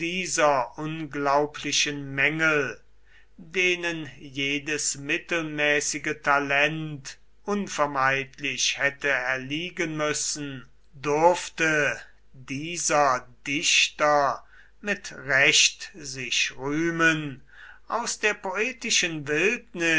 unglaublichen mängel denen jedes mittelmäßige talent unvermeidlich hätte erliegen müssen durfte dieser dichter mit recht sich rühmen aus der poetischen wildnis